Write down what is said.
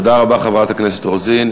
תודה רבה, חברת הכנסת רוזין.